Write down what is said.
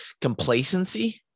Complacency